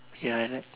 ya